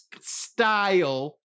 style